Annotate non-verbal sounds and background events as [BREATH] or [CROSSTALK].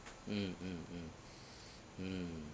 mm mm mm [BREATH] mm